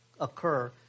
occur